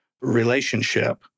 relationship